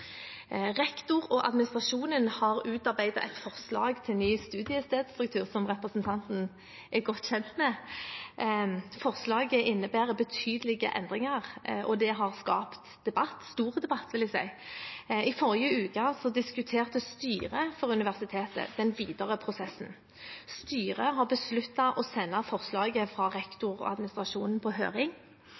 Rektor og administrasjonen har utarbeidet et forslag til ny studiestedsstruktur, noe representanten er godt kjent med. Forslaget innebærer betydelige endringer, og det har skapt debatt – stor debatt, vil jeg si. I forrige uke diskuterte styret for universitetet den videre prosessen. Styret har besluttet å sende forslaget fra rektor og administrasjonen på høring